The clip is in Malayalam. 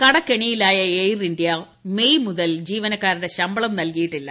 കടക്കെണിയിലായ എയർ ഇന്ത്യ മെയ് മുതൽ ജീവനക്കാരുടെ ശമ്പളം നല്കിയിട്ടില്ല